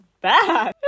bad